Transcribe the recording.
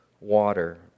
water